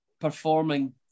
performing